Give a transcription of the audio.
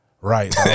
right